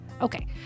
Okay